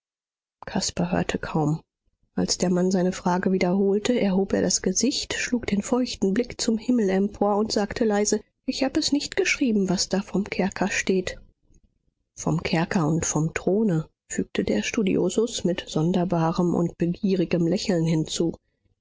caspar hörte kaum als der mann seine frage wiederholte erhob er das gesicht schlug den feuchten blick zum himmel empor und sagte leise ich hab es nicht geschrieben was da vom kerker steht vom kerker und vom throne fügte der studiosus mit sonderbarem und begierigem lächeln hinzu